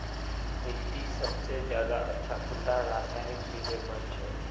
मिट्टी सबसे ज्यादा अच्छा कुंडा रासायनिक दिले बन छै?